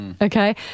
Okay